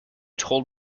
told